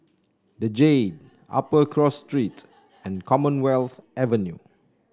the Jade Upper Cross Street and Commonwealth Avenue